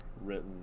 written